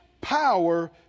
power